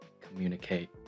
communicate